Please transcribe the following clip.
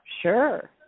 Sure